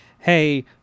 Hey